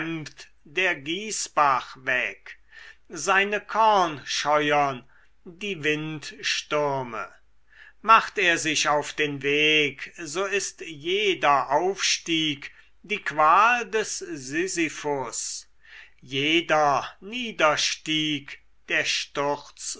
der gießbach weg seine kornscheuern die windstürme macht er sich auf den weg so ist jeder aufstieg die qual des sisyphus jeder niederstieg der sturz